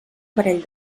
parell